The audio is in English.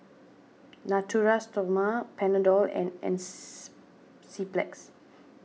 Natura Stoma Panadol and Enz Zyplex